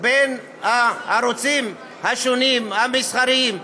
בין הערוצים המסחריים.